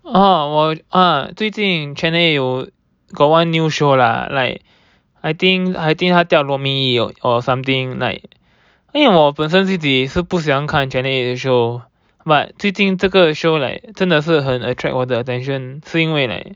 oh 我 ah 最近 channel eight 有 got one new show lah like I think I think 他掉落蜜意 or something like 因为我本身自己是不喜欢看 channel eight 的 show but 最近这个 show like 真的是很 attract 我的 attention 是因为 like